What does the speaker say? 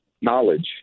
knowledge